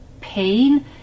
pain